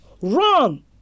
Run